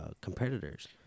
competitors